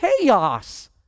chaos